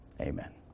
Amen